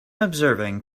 observing